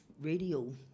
radio